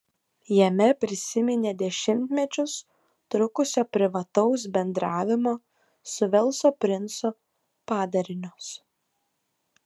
jame prisiminė dešimtmečius trukusio privataus bendravimo su velso princu padarinius